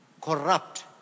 Corrupt